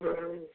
हाँ